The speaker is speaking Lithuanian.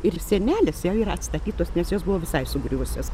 ir sienelės jau yra atstatytos nes jos buvo visai sugriuvusios